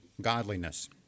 godliness